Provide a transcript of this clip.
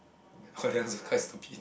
oh ya that was quite stupid